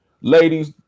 ladies